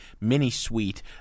mini-suite